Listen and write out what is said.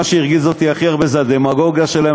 מה שהרגיז אותי הכי הרבה זה הדמגוגיה שלהם,